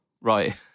right